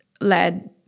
led